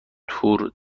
تور